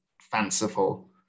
fanciful